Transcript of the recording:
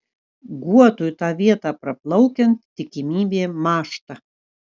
guotui tą vietą praplaukiant tikimybė mąžta